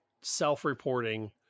self-reporting